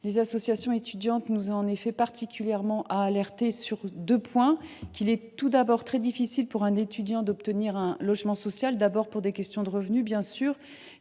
Les associations étudiantes nous ont en effet particulièrement alertés sur deux points. D’une part, il est très difficile pour un étudiant d’obtenir un logement social, d’abord pour des questions de revenus : les